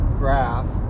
graph